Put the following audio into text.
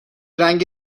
رنگ